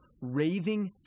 raving